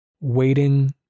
waiting